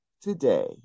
today